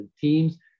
teams